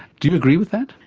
do you agree with that?